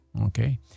Okay